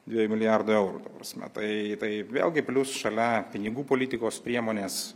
dviejų milijardų eurų ta prasme tai tai vėlgi plius šalia pinigų politikos priemonės